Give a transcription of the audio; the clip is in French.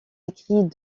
écrits